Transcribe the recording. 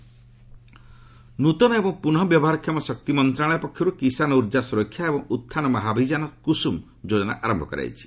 କୁସୁମ୍ ସିକମ୍ ନ୍ତନ ଏବଂ ପ୍ରନଃ ବ୍ୟବହାରକ୍ଷମ ଶକ୍ତି ମନ୍ତ୍ରଣାଳୟ ପକ୍ଷର୍ କିଷାନ ଉର୍ଜା ସୁରକ୍ଷା ଏବଂ ଉଥାନ ମହାଭିଯାନ 'କୁସ୍ମମ' ଯୋଜନା ଆରମ୍ଭ କରାଯାଇଛି